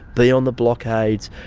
be on the blockades,